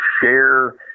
share